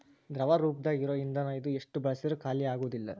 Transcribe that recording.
ದ್ರವ ರೂಪದಾಗ ಇರು ಇಂದನ ಇದು ಎಷ್ಟ ಬಳಸಿದ್ರು ಖಾಲಿಆಗುದಿಲ್ಲಾ